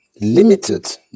limited